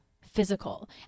physical